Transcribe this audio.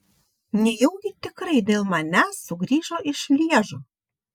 nejaugi tikrai dėl manęs sugrįžo iš lježo